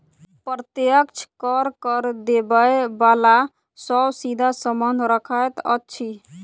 प्रत्यक्ष कर, कर देबय बला सॅ सीधा संबंध रखैत अछि